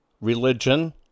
religion